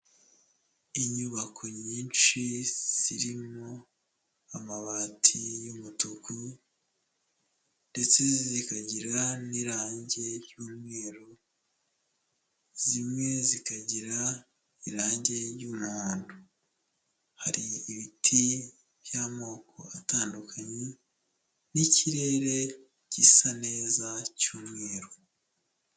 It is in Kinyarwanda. Inyubako nyinshi zirimo amabati y'umutuku ndetse zikagira n'irangi ry'umweru, zimwe zikagira irangi ry'umuhondo, hari ibiti by'amoko atandukanye n'ikirere gisa neza cy'umweru.